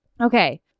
okay